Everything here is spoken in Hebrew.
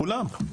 כולם.